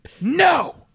No